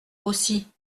aussi